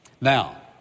Now